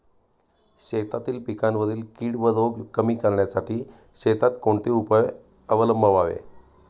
शेतातील पिकांवरील कीड व रोग कमी करण्यासाठी शेतात कोणते उपाय अवलंबावे?